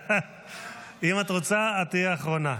--- אם את רוצה, את תהיי אחרונה.